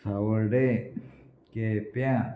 सांवड्डे केप्यां